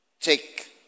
take